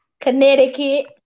Connecticut